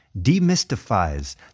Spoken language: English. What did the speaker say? demystifies